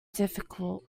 difficult